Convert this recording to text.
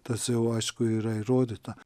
tas jau aišku yra įrodyta